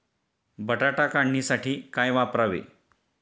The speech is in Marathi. बटाटा काढणीसाठी काय वापरावे?